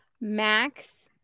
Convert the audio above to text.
Max